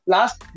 Last